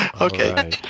Okay